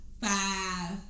five